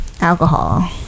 Alcohol